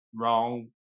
wrong